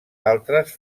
altres